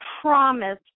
promise